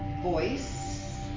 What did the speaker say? voice